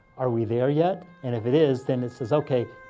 are we there yet? and if it is, then it says ok,